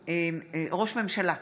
הסדרי ראייה לדודים ודודות),